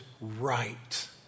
right